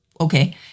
okay